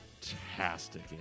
Fantastic